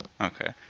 Okay